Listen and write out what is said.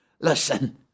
Listen